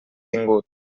tingut